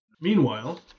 Meanwhile